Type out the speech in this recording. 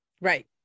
Right